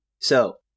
So-